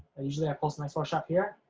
i usually i post next workshops here,